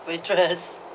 waitress